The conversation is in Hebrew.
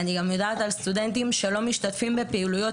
אני גם יודעת על סטודנטים שלא משתתפים בפעילויות